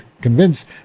convince